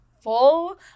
full